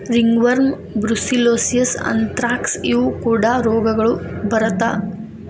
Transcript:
ringworm, brucellosis, anthrax ಇವು ಕೂಡಾ ರೋಗಗಳು ಬರತಾ